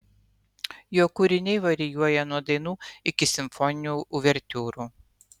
jo kūriniai varijuoja nuo dainų iki simfoninių uvertiūrų